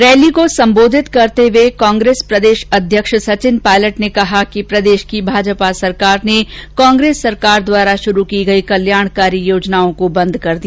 rally को संबोधित करते हुए कांग्रेस प्रदेश अध्यक्ष सचिन पायलट ने कहा कि प्रदेश की भाजपा सरकार ने कांग्रेस सरकार में शुरू की गयीं कल्याणकारी योजनाओं को बंद किया